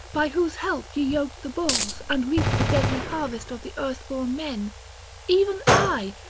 by whose help ye yoked the bulls, and reaped the deadly harvest of the earthborn men even i,